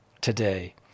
today